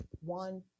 one